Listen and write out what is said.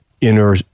inner